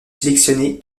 sélectionnée